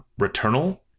Returnal